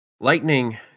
Lightning